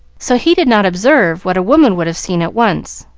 so he did not observe, what a woman would have seen at once,